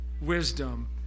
wisdom